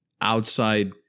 outside